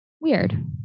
weird